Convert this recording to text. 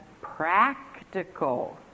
practical